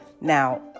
Now